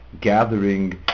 gathering